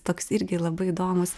toks irgi labai įdomūs